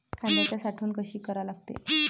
कांद्याची साठवन कसी करा लागते?